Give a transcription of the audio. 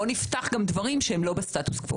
בואו נפתח גם דברים שהם לא בסטטוס קוו.